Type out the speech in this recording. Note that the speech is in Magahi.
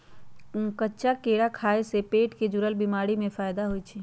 कच्चा केरा खाय से पेट से जुरल बीमारी में फायदा होई छई